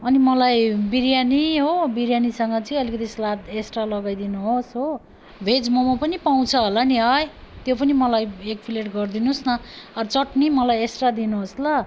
अनि मलाई बिरियानी हो बिरियानीसँग चाहिँ अलिकति सलाद एक्स्ट्रा लगाइदिनु होस् हो भेज मम पनि पाउँछ होला नि है त्यो पनि मलाई एक प्लेट गरिदिनु होस् न अरू चट्नी मलाई एक्सट्रा दिनु होस् ल